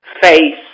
face